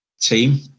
team